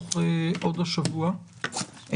ארוך עוד השבוע,